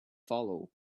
follow